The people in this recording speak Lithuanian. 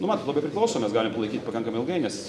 nu matot labai priklauso mes galim palaikyt pakankamai ilgai nes